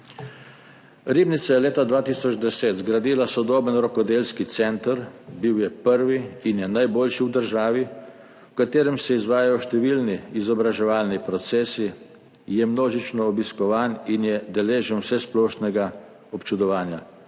Ribnica je leta 2010 zgradila sodoben rokodelski center, bil je prvi in je najboljši v državi, v katerem se izvajajo številni izobraževalni procesi, množično je obiskovan in deležen vsesplošnega občudovanja,